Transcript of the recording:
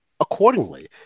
accordingly